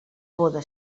boda